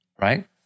right